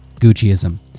Gucciism